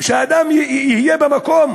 כשהאדם יהיה במקום